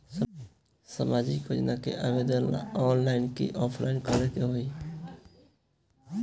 सामाजिक योजना के आवेदन ला ऑनलाइन कि ऑफलाइन करे के होई?